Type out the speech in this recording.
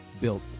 built